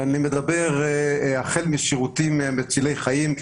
החל משירותים מצילי חיים,